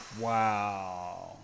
Wow